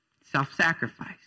Self-sacrifice